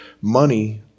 money